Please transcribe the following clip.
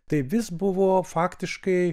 tai vis buvo faktiškai